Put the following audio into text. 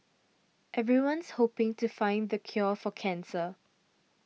everyone's hoping to find the cure for cancer